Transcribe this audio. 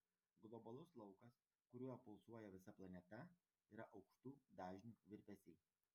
globalus laukas kuriuo pulsuoja visa planeta yra aukštų dažnių virpesiai